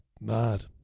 Mad